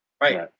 right